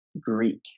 greek